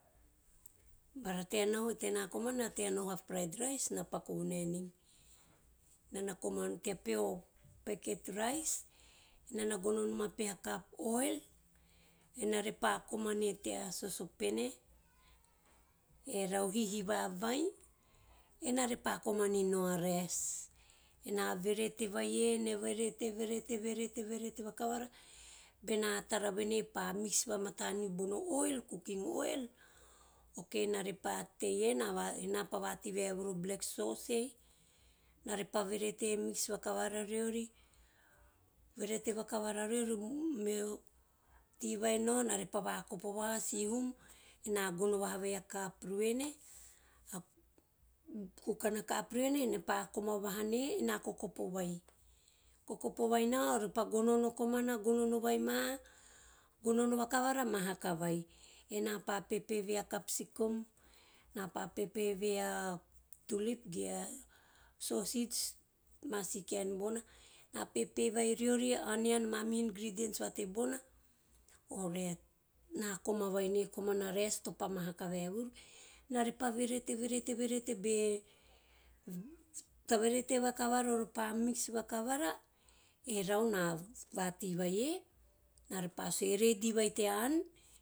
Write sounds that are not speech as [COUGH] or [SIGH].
Bara tea nahu tena komana tea nahu a fried rice na paku vonaenei. Nona komanom [UNINTELLIGIBLE] teo peho packet rice enana gono enom a peha cup oil ena repa komane tea sosopene, erau hihiva vai ena repa koma ninao a rice ena vevete vai e, ne vevete- vevete- veverete vakavara bena tara venei pa mix vamata mibono oil, cooking oil, okay ena repa tei ena va [UNINTELLIGIBLE] enapa va tei vae vuvu o black sauce ei, ena repa vavete mix vakavava viori, vevete vakavara riori, meo [UNINTELLIGIBLE] tei vai nao na repa vakopa vaha sihum ena gono vaha a cup ruene, kukau a cup ruene ne pa koma vaha ne, ena kokopo vai, kokopo vai na ovepa gonono komana, gonono vakavava mahaka vai, ena pa pepe ve a capsicum, ena pa pepe ve tulip ge a sausage ama si kaen bona. Ena pepe vai riori onion ama mihu ingredients va tebona orait ena koma vai ne komana rice topa mahaka vaevuru eue repa vevete- vevete- vevete be, tavevete vakavara ore pa mix vakavara erau ena vatei vai e, ena repa sue redi vai tea ann.